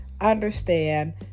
understand